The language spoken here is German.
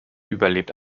überlebt